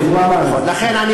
לכן,